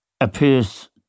appears